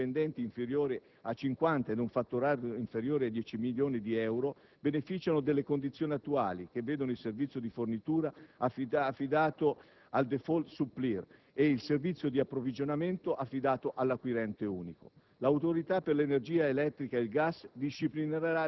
I clienti domestici e i clienti non domestici con un numero di dipendenti inferiore a 50 ed un fatturato inferiore ai 10 milioni di euro beneficiano delle condizioni attuali, che vedono il servizio di fornitura affidato al *default supplier* e il servizio di approvvigionamento affidato all'acquirente unico.